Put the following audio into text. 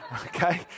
Okay